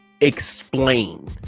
explain